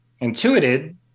intuited